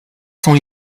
sont